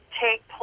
take